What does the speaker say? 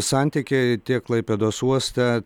santykiai tiek klaipėdos uoste